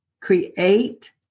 create